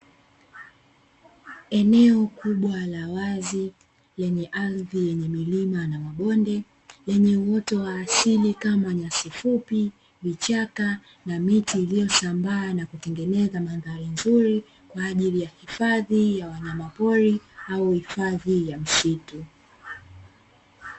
Eneo kubwa la wazi lenye ardhi yenye milima na mabonde, yenye uoto wa asili kama: Nyasi fupi, Vichaka na miti iliyosambaa na kutengeneza mandhari nzuri kwa ajili ya hifadhi ya wanyama pori au hifadhi ya misitu.